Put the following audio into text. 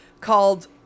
called